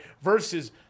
Versus